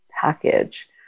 package